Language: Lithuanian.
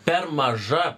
per maža